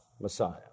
Messiah